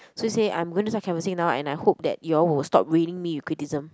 so he say I'm going to start canvassing now and I hope that you all will stop ridding me with criticism